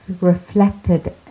reflected